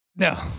No